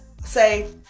say